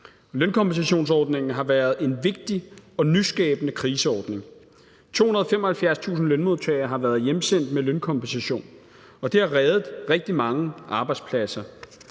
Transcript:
Lønkompensationsordningen har været en vigtig og nyskabende kriseordning. 275.000 lønmodtagere har været hjemsendt med lønkompensation, og det har reddet rigtig mange arbejdspladser.